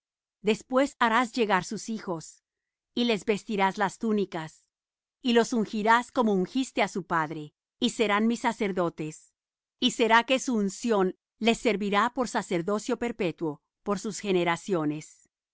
después harás llegar sus hijos y les vestirás las túnicas y los ungirás como ungiste á su padre y serán mis sacerdotes y será que su unción les servirá por sacerdocio perpetuo por sus generaciones y